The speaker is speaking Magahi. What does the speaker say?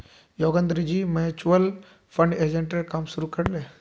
योगेंद्रजी म्यूचुअल फंड एजेंटेर काम शुरू कर ले